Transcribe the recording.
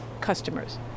customers